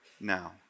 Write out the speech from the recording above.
now